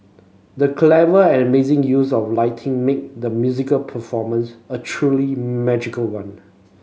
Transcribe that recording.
the clever and amazing use of lighting made the musical performance a truly magical one